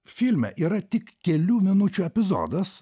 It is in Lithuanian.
filme yra tik kelių minučių epizodas